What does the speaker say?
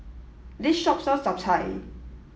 this shop sells Chap Chai